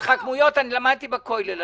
התחכמויות אני למדתי בכולל.